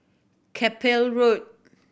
Chapel Road